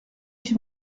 qui